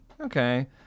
okay